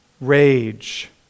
rage